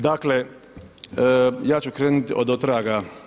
Dakle, ja ću krenuti odotraga.